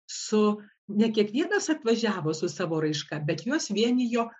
su ne kiekvienas atvažiavo su savo raiška bet juos vienijo